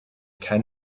kein